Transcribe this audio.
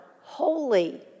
holy